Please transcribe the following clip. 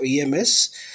EMS